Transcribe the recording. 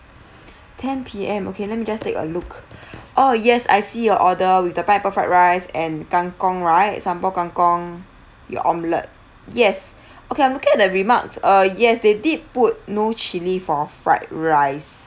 ten P_M okay let me just take a look oh yes I see your order with the pineapple fried rice and kangkong right sambal kangkong your omelette yes okay I'm looking at the remarks uh yes they did put no chilli for fried rice